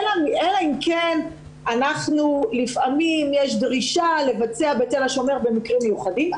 אלא אם כן לפעמים יש דרישה לבצע בתל השומר במקרים מיוחדים.